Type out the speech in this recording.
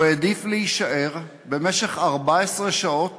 הוא העדיף להישאר, ובמשך 14 שעות